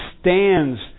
stands